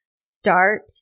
Start